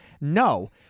No